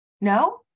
No